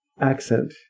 accent